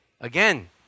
Again